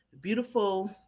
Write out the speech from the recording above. beautiful